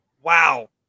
Wow